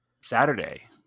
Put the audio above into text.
Saturday